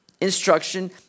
instruction